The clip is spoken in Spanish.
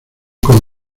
con